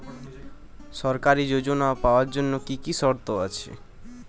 সরকারী যোজনা পাওয়ার জন্য কি কি শর্ত আছে?